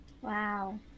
Wow